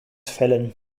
fällen